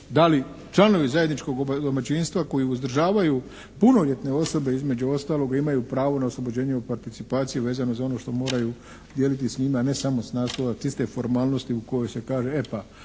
da li članovi zajedničkog domaćinstva koji uzdržavaju punoljetne osobe između ostaloga imaju pravo na oslobođenje od participacije vezano uz ono što moraju dijeliti s njima, a ne samo s naslova čiste formalnosti u kojoj se kaže e pa